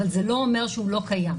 אבל זה לא אומר שהוא לא קיים.